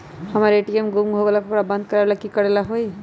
हमर ए.टी.एम गुम हो गेलक ह ओकरा बंद करेला कि कि करेला होई है?